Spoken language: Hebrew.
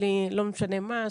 לא משנה מה,